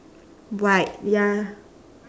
white ya